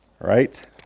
right